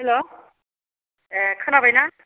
hello ए खोनाबाय ना